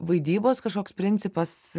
vaidybos kažkoks principas